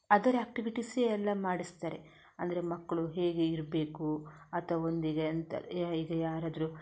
other ಆ್ಯಕ್ಟಿವಿಟೀಸೇ ಎಲ್ಲ ಮಾಡಿಸ್ತಾರೆ ಅಂದರೆ ಮಕ್ಕಳು ಹೇಗೆ ಇರಬೇಕು ಅತ ಒಂದೀಗ ಎಂಥ ಎ ಈಗ ಯಾರಾದರೂ